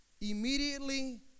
immediately